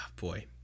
boy